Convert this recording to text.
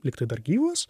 lyg tai dar gyvas